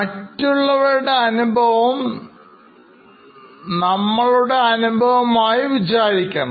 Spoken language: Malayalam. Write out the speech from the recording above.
മറ്റുള്ളവരുടെ അനുഭവം നമ്മളുടെ അനുഭവമായി വിചാരിക്കണം